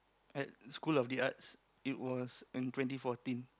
at school of the arts it was in twenty fourteen